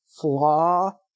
flaw